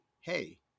hey